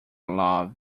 love